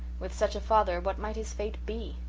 with such a father what might his fate be?